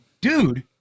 dude